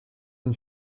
une